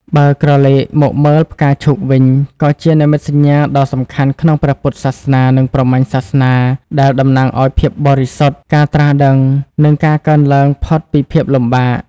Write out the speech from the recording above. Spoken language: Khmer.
បើក្រឡេកមកមើលផ្កាឈូកវិញ ក៏ជានិមិត្តសញ្ញាដ៏សំខាន់ក្នុងព្រះពុទ្ធសាសនា និងព្រហ្មញ្ញសាសនា ដែលតំណាងឱ្យ ភាពបរិសុទ្ធ ការត្រាស់ដឹង និងការកើនឡើងផុតពីភាពលំបាក ។